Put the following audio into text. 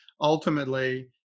ultimately